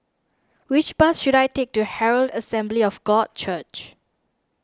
which bus should I take to Herald Assembly of God Church